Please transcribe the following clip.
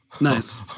Nice